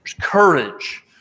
courage